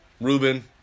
Ruben